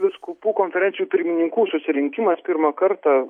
vyskupų konferencijų pirmininkų susirinkimas pirmą kartą